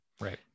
Right